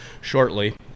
shortly